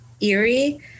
eerie